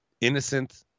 innocent